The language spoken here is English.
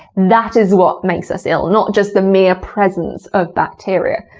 that is what makes us ill, not just the mere presence of bacteria.